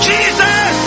Jesus